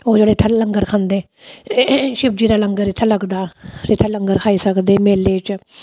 ओह् जेह्ड़े इत्थै लंगर खंदे एह् एह् एह् शिबजी दा लंगर इत्थै लगदा इत्थै लंगर खाई सकदे मेले च